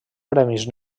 premis